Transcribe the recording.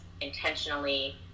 intentionally